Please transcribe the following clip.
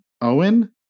Owen